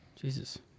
Jesus